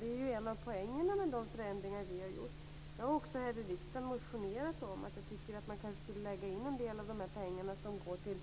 Det är en av poängerna med de förändringar som vi har gjort. Jag har också här i riksdagen motionerat om att man kanske skulle lägga en del av de pengar som går till